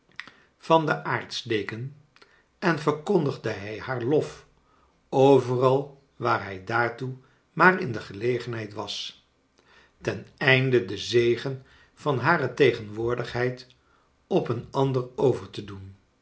van den aartsdeken en verkondigde hij haar lof overal waar hij daartoe maar in de gelegenheid was teneinde den zegen van hare tegenwoordigheid op een ander over te doen